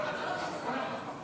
השלמת הרכב